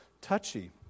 touchy